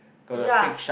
ya